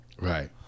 right